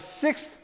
sixth